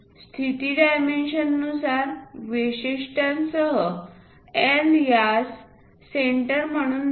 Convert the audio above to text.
स्थिती डायमेन्शननुसार वैशिष्ट्यांसह L यास सेंटर म्हणून दाखवा